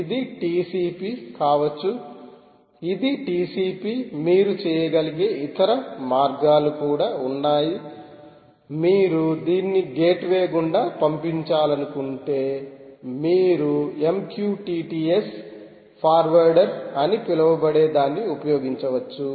ఇది టిసిపి కావచ్చు ఇది టిసిపి మీరు చేయగలిగే ఇతర మార్గాలు కూడా ఉన్నాయి మీరు దీన్ని గేట్వే గుండా పంపించాలనుకుంటే మీరు MQTT S ఫార్వార్డర్అని పిలవబడే దాన్ని ఉపయోగించవచ్చు